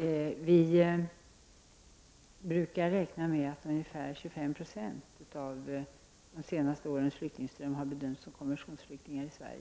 landet. Vi i Sverige brukar räkna med att ungefär 25 90 av de senaste årens flyktingström har bedömts som konventionsflyktingar här.